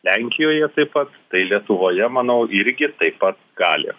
lenkijoje taip pat tai lietuvoje manau irgi taip pat gali